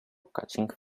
catching